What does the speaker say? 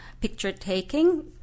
picture-taking